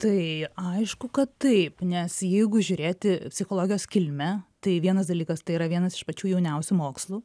tai aišku kad taip nes jeigu žiūrėti psichologijos kilmę tai vienas dalykas tai yra vienas iš pačių jauniausių mokslų